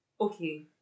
okay